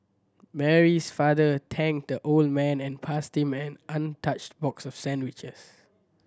Mary's father thanked the old man and passed him an untouched box of sandwiches